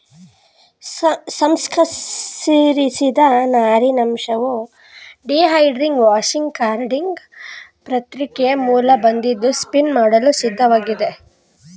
ಸಂಸ್ಕರಿಸಿದ ನಾರಿನಂಶವು dehairing washing carding ಪ್ರಕ್ರಿಯೆ ಮೂಲಕ ಬಂದಿದ್ದು ಸ್ಪಿನ್ ಮಾಡಲು ಸಿದ್ಧವಾಗಿದೆ